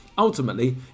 Ultimately